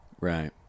Right